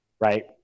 right